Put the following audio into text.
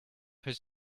his